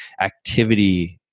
activity